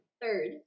Third